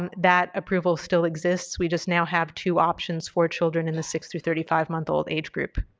um that approval still exists, we just now have two options for children in the six to thirty five month old age group.